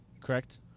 Correct